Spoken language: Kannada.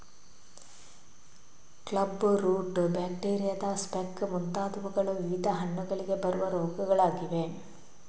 ಕ್ಲಬ್ ರೂಟ್, ಬ್ಯಾಕ್ಟೀರಿಯಾದ ಸ್ಪೆಕ್ ಮುಂತಾದವುಗಳು ವಿವಿಧ ಹಣ್ಣುಗಳಿಗೆ ಬರುವ ರೋಗಗಳಾಗಿವೆ